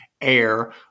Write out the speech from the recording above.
air